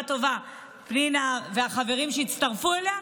טובה עם פנינה והחברים שהצטרפו אליה,